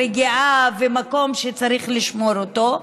רגיעה ומקום שצריך לשמור אותו,